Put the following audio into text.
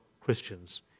Christians